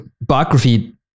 biography